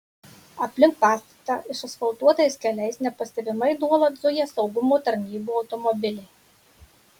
aplink pastatą išasfaltuotais keliais nepastebimai nuolat zuja saugumo tarnybų automobiliai